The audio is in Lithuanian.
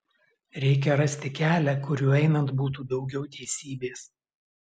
reikia rasti kelią kuriuo einant būtų daugiau teisybės